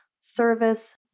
service